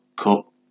Cup